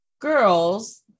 girls